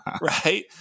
Right